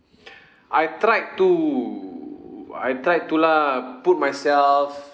I tried to I tried to lah put myself